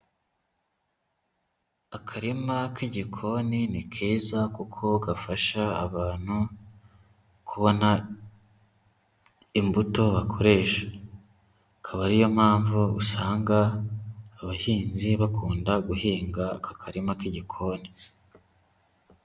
Akarima k'igikoni ni keza, kuko gafasha abantu kubona imbuto bakoresha. Akaba ariyo mpamvu usanga abahinzi bakunda guhinga aka karima k'igikoni.